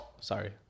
Sorry